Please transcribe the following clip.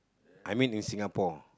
I mean in Singapore